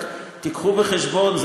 רק תביאו בחשבון,